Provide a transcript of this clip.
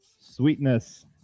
Sweetness